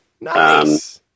Nice